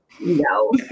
No